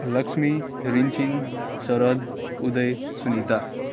Lakshmi Rinching Sharad Uday Sunita